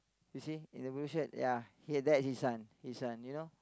you see in the blue shirt ya he had that his son his son you know